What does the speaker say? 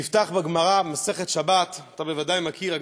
אני אפתח בגמרא, מסכת שבת, אתה בוודאי מכיר.